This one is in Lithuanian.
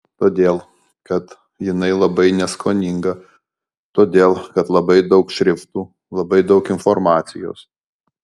todėl kad jinai labai neskoninga todėl kad labai daug šriftų labai daug informacijos